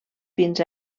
fins